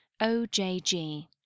OJG